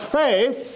faith